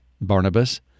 barnabas